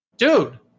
Dude